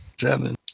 Seven